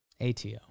ATO